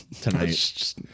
tonight